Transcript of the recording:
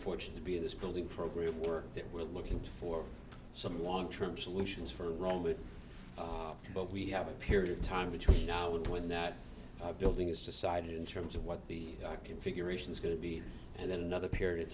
fortunate to be in this building program work that we're looking to for some long term solutions for the moment but we have a period of time between now and when that building is decided in terms of what the configuration is going to be and then another period of